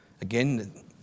again